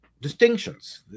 distinctions